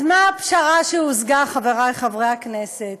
אז מה הפשרה שהושגה, חברי חברי הכנסת?